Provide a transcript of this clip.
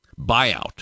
buyout